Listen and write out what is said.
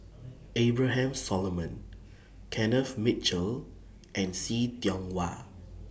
Abraham Solomon Kenneth Mitchell and See Tiong Wah